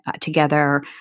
together